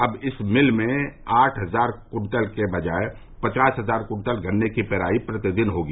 अब इस मिल में आठ हजार कुंतल के बजाय पचास हजार कुंतल गन्ने की पेराई प्रतिदिन होगी